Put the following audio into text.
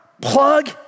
plug